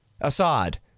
Assad